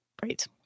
Great